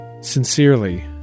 Sincerely